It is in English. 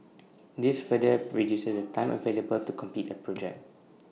this further reduces the time available to complete A project